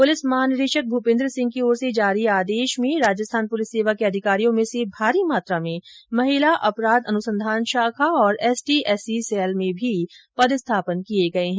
police महानिदेशक भूपेंद्र सिंह की ओर से जारी आदेश में राजस्थान पुलिस सेवा के अधिकारियों में से भारी मात्रा में महिला अपराध अनुसंधान शाखा और एसटी एससी सेल में भी पदस्थापन किए गए हैं